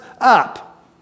up